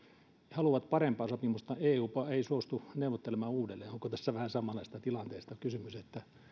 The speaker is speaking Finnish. he haluavat parempaa sopimusta mutta eupa ei suostu neuvottelemaan uudelleen onko tässä vähän samanlaisesta tilanteesta kysymys että